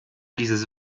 dieses